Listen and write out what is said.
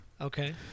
Okay